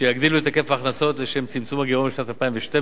שיגדילו את היקף ההכנסות לשם צמצום הגירעון לשנת 2012,